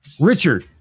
Richard